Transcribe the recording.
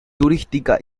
turística